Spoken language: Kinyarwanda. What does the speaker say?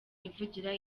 ivugira